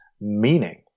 meaning